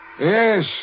Yes